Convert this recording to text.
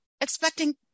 expecting